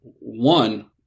one